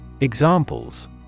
Examples